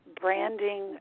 branding